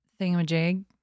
thingamajig